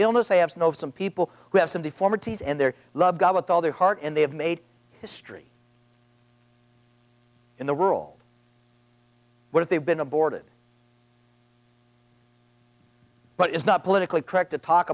illness i have to know some people who have some deformities in their love god with all their heart and they have made history in the world but if they've been aborted but it's not politically correct to talk